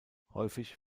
häufig